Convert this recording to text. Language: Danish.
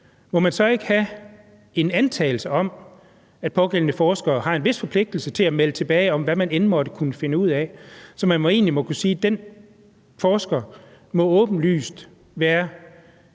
må man så ikke have en antagelse om, at den pågældende forsker har en vis forpligtelse til at melde tilbage om, hvad vedkommende end måtte finde ud af? Man må egentlig kunne sige, at den forsker åbenlyst må være